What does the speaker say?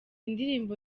ndirimbo